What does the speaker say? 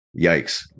yikes